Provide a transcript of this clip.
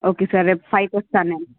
okay sir రేపు five కి వస్తాను నేను